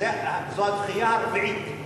זו הדחייה הרביעית.